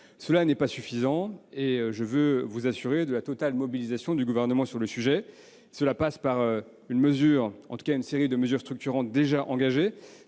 Cela n'est pas suffisant, et je veux vous assurer de la totale mobilisation du Gouvernement sur le sujet. Cela passe par une série de mesures structurantes déjà engagées,